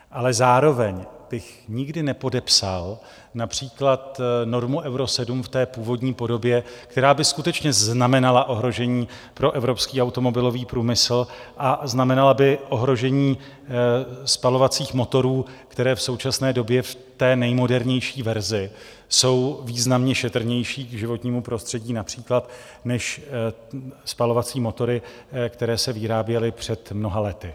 Ale zároveň bych nikdy nepodepsal například normu Euro 7 v té původní podobě, která by skutečně znamenala ohrožení pro evropský automobilový průmysl a znamenala by ohrožení spalovacích motorů, které v současné době v té nejmodernější verzi jsou významně šetrnější k životnímu prostředí například než spalovací motory, které se vyráběly před mnoha lety.